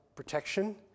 protection